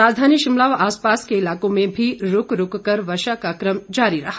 राजधानी शिमला व आसपास के इलाकों में भी रूक रूक कर वर्षा का क्रम जारी रहा